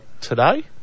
today